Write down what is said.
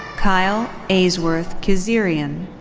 kyle aylesworth kizirian.